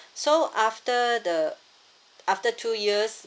so after the after two years